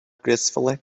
gracefully